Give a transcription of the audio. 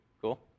Cool